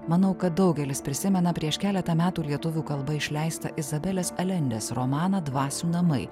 manau kad daugelis prisimena prieš keletą metų lietuvių kalba išleistą izabelės alendes romaną dvasių namai